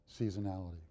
seasonality